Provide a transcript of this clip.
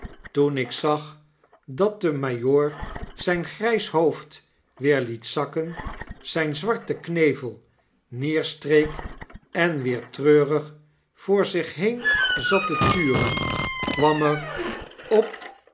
toen ik zag dat de majoor zyn grijs hoofd weer liet zakken zyn zwarten knevel neerstreek en weer treurig voor zich heen zat te turen kwam er op